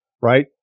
right